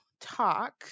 talk